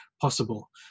possible